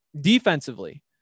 Defensively